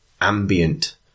ambient